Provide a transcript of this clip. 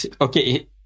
Okay